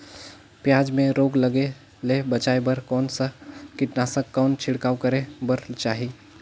पियाज मे रोग ले बचाय बार कौन सा कीटनाशक कौन छिड़काव करे बर चाही?